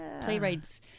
playwrights